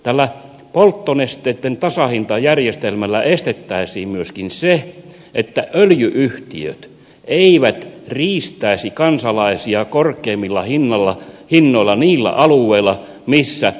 tällä polttonesteitten tasahintajärjestelmällä estettäisiin myöskin se että öljy yhtiöt eivät riistäisi kansalaisia korkeammilla hinnoilla niillä alueilla missä normaali kilpailu ei toimi